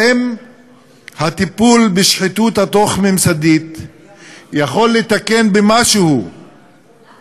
האם הטיפול בשחיתות התוך-ממסדית יכול לתקן משהו